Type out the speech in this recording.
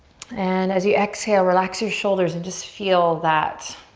and as you exhale, relax your shoulders and just feel that